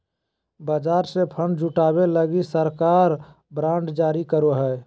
बाजार से फण्ड जुटावे लगी सरकार बांड जारी करो हय